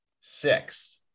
six